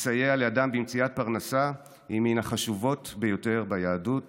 לסייע לאדם במציאת פרנסה היא מן החשובות ביותר ביהדות.